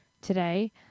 today